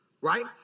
right